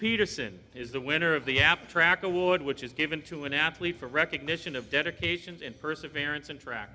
peterson is the winner of the app track award which is given to an athlete for recognition of dedication perseverance and track